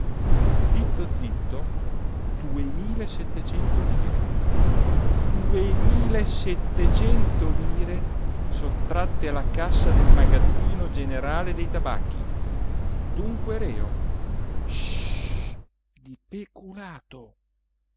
zitto zitto duemila e settecento lire duemila e settecento lire sottratte alla cassa del magazzino generale dei tabacchi dunque reo ssss di peculato